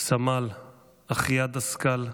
סמל אחיה דסקל,